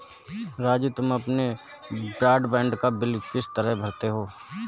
राजू तुम अपने ब्रॉडबैंड का बिल किस तरह भरते हो